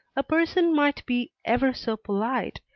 a person might be ever so polite,